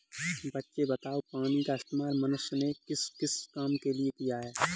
बच्चे बताओ पानी का इस्तेमाल मनुष्य ने किस किस काम के लिए किया?